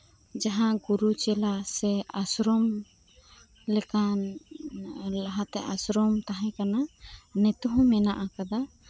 ᱡᱟᱸᱦᱟ ᱜᱩᱨᱩ ᱪᱮᱞᱟ ᱥᱮ ᱟᱥᱨᱚᱢ ᱞᱮᱠᱟᱱ ᱞᱟᱦᱟᱛᱮ ᱟᱥᱨᱚᱢ ᱛᱟᱸᱦᱮ ᱠᱟᱱᱟ ᱱᱤᱛᱦᱚᱸ ᱢᱮᱱᱟᱜ ᱟᱠᱟᱫᱟ